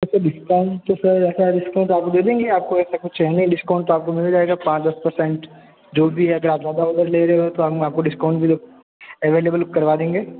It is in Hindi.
वैसे डिस्काउंट तो सर ऐसा है डिस्काउंट आपको दे देंगे आपको ऐसा कुछ है नहीं डिस्काउंट आपको मिल जाएंगा पाँच दस परसेंट जो भी है अगर आप ज़्यादा ऑर्डर ले रहे हो तो हम आपको डिस्काउंट भी तो अवलेबल करवा देंगे